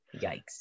Yikes